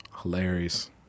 Hilarious